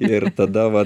ir tada